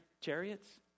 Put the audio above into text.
chariots